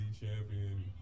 champion